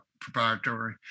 proprietary